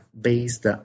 based